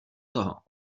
toho